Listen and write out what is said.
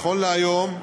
נכון להיום,